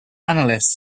analyst